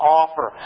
offer